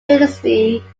dynasty